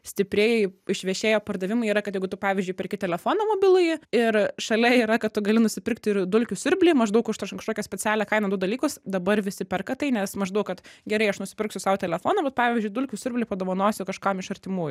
stipriai išvešėję pardavimai yra kad jeigu tu pavyzdžiui perki telefoną mobilųjį ir šalia yra kad tu gali nusipirkt ir dulkių siurblį maždaug už kažkokią specialią kainą du dalykus dabar visi perka tai nes maždaug kad gerai aš nusipirksiu sau telefoną bet pavyzdžiui dulkių siurblį padovanosiu kažkam iš artimųjų